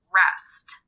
rest